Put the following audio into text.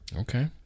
Okay